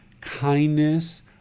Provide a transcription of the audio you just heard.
kindness